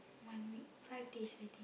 one week five days I think